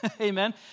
Amen